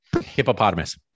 Hippopotamus